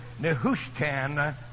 Nehushtan